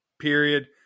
Period